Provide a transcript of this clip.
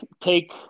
take